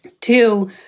Two